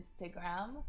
Instagram